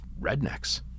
rednecks